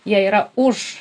jie yra už